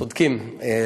צודקים,